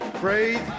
Breathe